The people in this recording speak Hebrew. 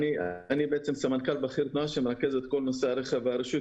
אני סמנכ"ל בכיר תנועה ואני מרכז את כל נושא הרכב והרישוי.